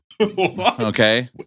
Okay